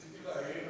רציתי להעיר,